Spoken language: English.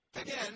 Again